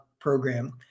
program